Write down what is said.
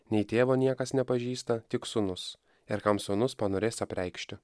nei tėvo niekas nepažįsta tik sūnus ir kam sūnus panorės apreikšti